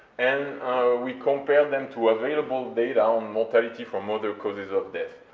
and we compared them to available data on mortality from other causes of death.